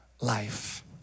life